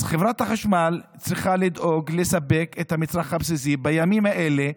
חברת החשמל צריכה לדאוג לספק את המצרך הבסיסי בימים האלה,